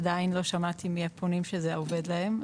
עדיין לא שמעתי מהפונים שזה עובד להם,